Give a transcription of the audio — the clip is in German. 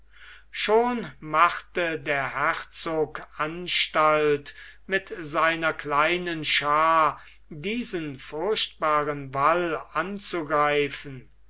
schon machte der herzog anstalt mit seiner kleinen schaar diesen furchtbaren wall anzugreifen